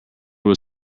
will